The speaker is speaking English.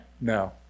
No